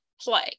play